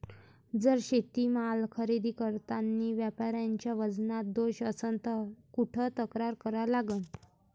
जर शेतीमाल खरेदी करतांनी व्यापाऱ्याच्या वजनात दोष असन त कुठ तक्रार करा लागन?